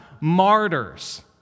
martyrs